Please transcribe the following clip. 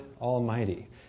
Almighty